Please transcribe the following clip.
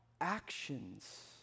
actions